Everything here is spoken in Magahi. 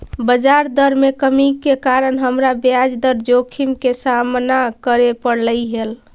बजार दर में कमी के कारण हमरा ब्याज दर जोखिम के सामना करे पड़लई हल